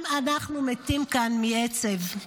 גם אנחנו מתים כאן מעצב,